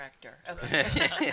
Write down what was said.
director